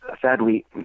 sadly